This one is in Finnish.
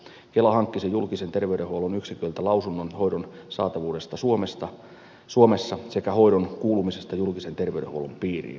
kela hankkisi julkisen terveydenhuollon yksiköltä lausunnon hoidon saatavuudesta suomessa sekä hoidon kuulumisesta julkisen terveydenhuollon piiriin